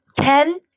ten